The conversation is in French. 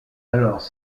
alors